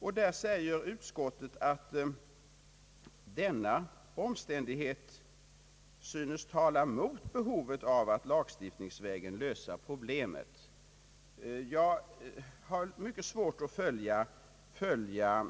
Ustkottet säger att denna omständighet synes tala mot behovet av att lagstiftningsvägen lösa problemet. Jag har mycket svårt att följa